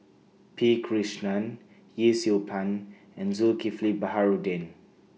P Krishnan Yee Siew Pun and Zulkifli Baharudin